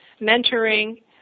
mentoring